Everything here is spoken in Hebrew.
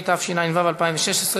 התשע"ו 2016,